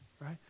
right